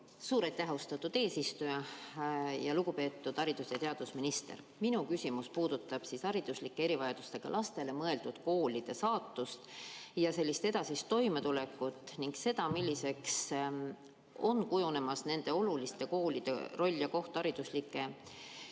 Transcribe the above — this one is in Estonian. Suur aitäh, austatud eesistuja! Lugupeetud haridus- ja teadusminister! Minu küsimus puudutab hariduslike erivajadustega lastele mõeldud koolide saatust ja edasist toimetulekut ning seda, milliseks on kujunemas nende oluliste koolide roll ja koht haridusvaldkonna